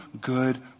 good